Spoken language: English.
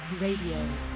Radio